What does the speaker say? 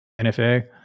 NFA